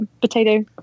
Potato